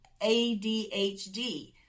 ADHD